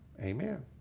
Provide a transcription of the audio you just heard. amen